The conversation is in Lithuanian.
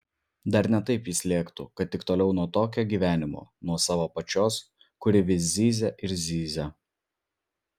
dar ne taip jis lėktų kad tik toliau nuo tokio gyvenimo nuo savo pačios kuri vis zyzia ir zyzia